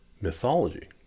mythology